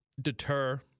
deter